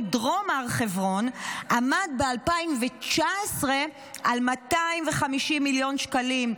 דרום הר חברון ב-2019 היה 250 מיליון שקלים.